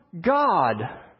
God